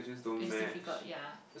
is difficult ya